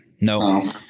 No